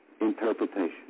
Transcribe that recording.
interpretation